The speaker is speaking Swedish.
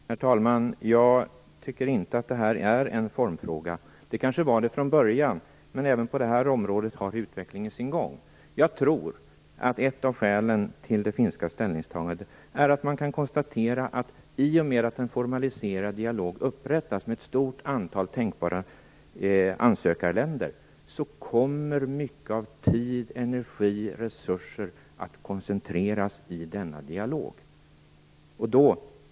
Herr talman! Jag tycker inte att detta är någon formfråga. Den kanske var det från början, men även på detta område har utvecklingen sin gång. Jag tror att ett av skälen till det finska ställningstagandet är att man kan konstatera att i och med att en formaliserad dialog upprättas med ett stort antal tänkbara ansökarländer, kommer mycket av tid, energi och resurser att koncentreras i denna dialog.